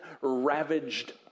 ravaged